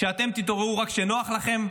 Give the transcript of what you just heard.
שאתם תתעוררו רק כשנוח לכם,